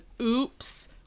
oops